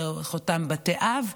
דרך אותם בתי אב.